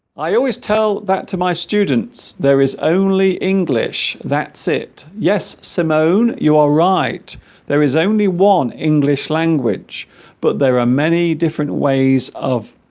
i always tell that to my students there is only english that's it yes simone you are right there is only one english language but there are many different ways of